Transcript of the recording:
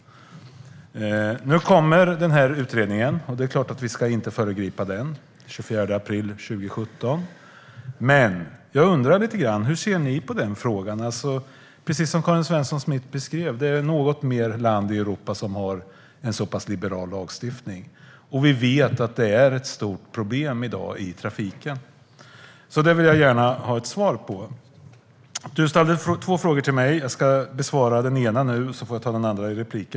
Nu kommer den här utredningen den 24 april 2017, och det är klart att vi inte ska föregripa den. Men jag undrar: Är det något annat land i Europa - precis som Karin Svensson Smith beskrev det - som har en så pass liberal lagstiftning som vi har? Vi vet att det är ett stort problem i dag i trafiken. Den frågan vill jag gärna ha ett svar på. Du ställde två frågor till mig. Jag ska besvara den ena nu och den andra i nästa replik.